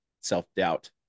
self-doubt